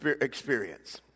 experience